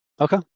Okay